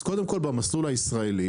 קודם כל, במסלול הישראלי,